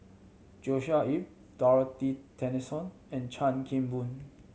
Joshua Ip Dorothy Tessensohn and Chan Kim Boon